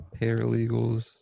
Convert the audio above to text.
paralegals